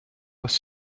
was